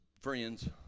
friends